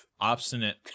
obstinate